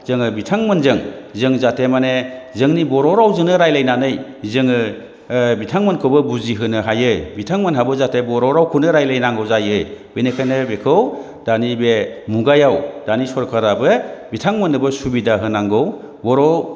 जोङो बिथांमोनजों जों जाहाथे माने जोंनि बर' रावजोंनो रायज्लायनानै जोङो ओ बिथांमोनखौबो बुजिहोनो हायो बिथांमोनहाबो जाहाथे बर' रावखौनो रायज्लायनांगौ जायो बेनिखायनो बेखौ दानि बे मुगायाव दानि सरकाराबो बिथांमोननोबो सुबिदा होनांगौ बर'